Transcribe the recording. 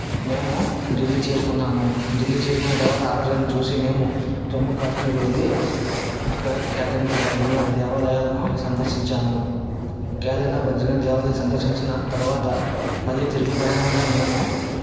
మేము ఢిల్లీ చేరుకున్నాము ఢిల్లీ చేరుకున్న తర్వాత ఆగ్రాని చూసి మేము జమ్మూ కాశ్మీర్ వెళ్ళి అక్కడ కేదర్నాథ్ బద్రీనాథ్ దేవాలయాలను సందర్శించాము కేదర్నాథ్ బద్రీనాథ్ దేవాలయాలను సందర్శించిన తర్వాత మళ్ళీ తిరుగు ప్రయాణంగా మేము